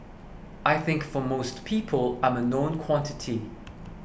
I think for most people I'm a known quantity